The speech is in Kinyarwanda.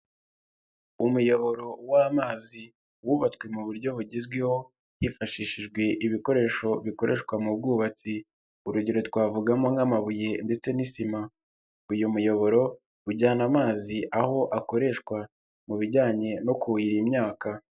Umuyoboro w'amazi wubatswe mu buryo bugezweho hifashishijwe ibikoresho bikoreshwa mu bwubatsi, urugero twavugamo nk'amabuye ndetse n'isima, uyu muyoboro ujyana amazi aho akoreshwa mu bijyanye no kuhira imyaka.